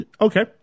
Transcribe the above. Okay